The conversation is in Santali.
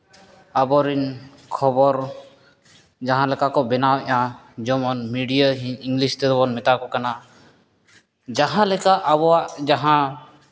ᱟᱵᱚ ᱨᱮᱱ ᱠᱷᱚᱵᱚᱨ ᱡᱟᱦᱟᱸ ᱞᱮᱠᱟ ᱠᱚ ᱢᱟᱱᱟᱣᱮᱜᱼᱟ ᱡᱮᱢᱚᱱ ᱢᱤᱰᱤᱭᱟ ᱤᱝᱞᱤᱥ ᱛᱮᱵᱚᱱ ᱢᱮᱛᱟ ᱠᱚ ᱠᱟᱱᱟ ᱡᱟᱦᱟᱸ ᱞᱮᱠᱟ ᱟᱵᱚᱣᱟᱜ ᱡᱟᱦᱟᱸ